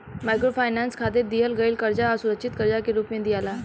microfinance खातिर दिहल गईल कर्जा असुरक्षित कर्जा के रूप में दियाला